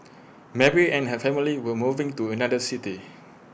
Mary and her family were moving to another city